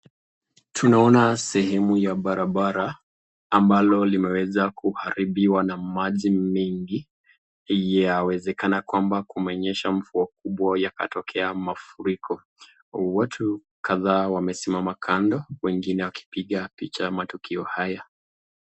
Tunaona sehemu ya barabara ambalo limeweza kuharibiwa na maji mengi, yawezekana kwamba kumenyesha mvua kubwa yakatokea mafuriko. Watu kadhaa wamesimama kando wengine wakipiga picha matukio haya.